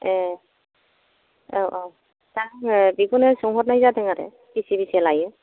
ए औ औ दा आङो बेखौनो सोंहरनाय जादों आरो बेसे बेसे लायो